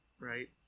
Right